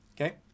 Okay